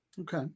okay